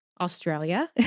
Australia